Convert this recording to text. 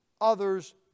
others